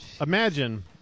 imagine